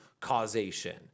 causation